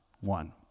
one